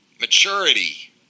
Maturity